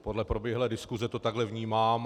Podle proběhlé diskuse to takhle vnímám.